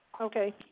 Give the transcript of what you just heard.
Okay